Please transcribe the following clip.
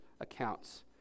accounts